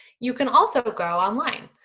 you can also but go online.